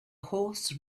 horse